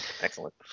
Excellent